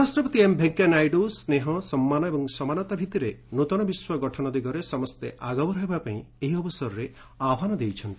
ଉପରାଷ୍ଟ୍ରପତି ଏମ୍ ଭେଙ୍କିୟା ନାଇଡ଼ ସ୍ରେହ ସମ୍ମାନ ଏବଂ ସମାନତା ଭିଭିରେ ନୃତନ ବିଶ୍ୱ ଗଠନ ଦିଗରେ ସମସ୍ତେ ଆଗଭର ହେବାପାଇଁ ଏହି ଅବସରରେ ଆହ୍ୱାନ ଦେଇଛନ୍ତି